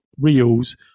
reels